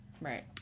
Right